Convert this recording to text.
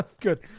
Good